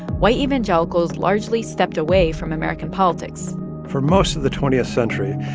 white evangelicals largely stepped away from american politics for most of the twentieth century,